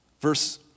Verse